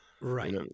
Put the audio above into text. Right